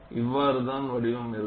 இவ்வாறுதான் வடிவம் இருக்கும்